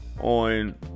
on